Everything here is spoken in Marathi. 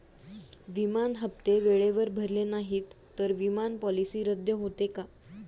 विमा हप्ते वेळेवर भरले नाहीत, तर विमा पॉलिसी रद्द होते का?